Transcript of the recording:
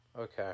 Okay